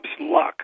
luck